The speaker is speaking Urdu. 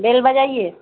بیل بجائیے